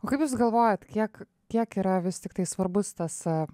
o kaip jūs galvojat kiek kiek yra vis tiktai svarbus tas